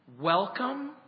Welcome